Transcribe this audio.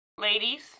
Ladies